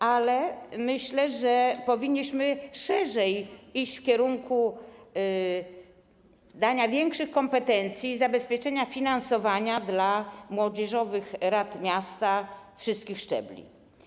Ale myślę, że powinniśmy szerzej iść w kierunku dania większych kompetencji i zabezpieczenia finansowania młodzieżowych rad miasta wszystkich szczebli.